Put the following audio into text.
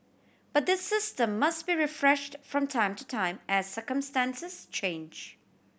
but this system must be refreshed from time to time as circumstances change